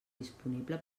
disponible